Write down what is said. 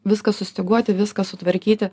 viską sustyguoti viską sutvarkyti